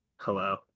hello